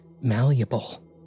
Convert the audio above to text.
Malleable